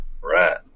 Right